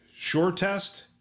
SureTest